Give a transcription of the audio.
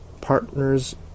partners